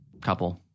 couple